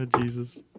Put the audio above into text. Jesus